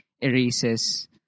erases